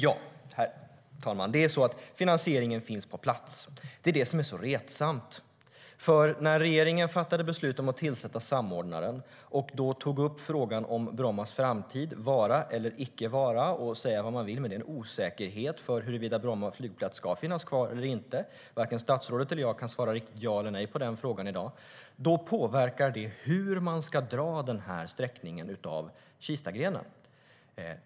Herr talman! Finansieringen finns på plats - det är det som är så retsamt. STYLEREF Kantrubrik \* MERGEFORMAT Svar på interpellationerDetta påverkar hur man ska dra sträckningen av Kistagrenen.